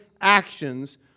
actions